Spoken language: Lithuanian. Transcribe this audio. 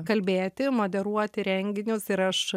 kalbėti moderuoti renginius ir aš